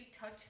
touch